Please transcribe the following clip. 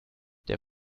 der